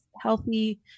healthy